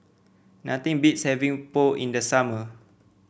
nothing beats having Pho in the summer